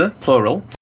plural